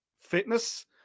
fitness